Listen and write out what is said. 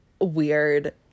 Weird